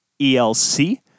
ELC